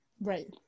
right